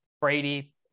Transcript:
Brady